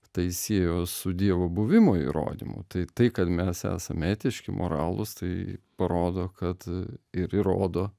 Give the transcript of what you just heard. tai siejo su dievo buvimo įrodymu tai tai kad mes esame etiški moralūs tai parodo kad ir įrodo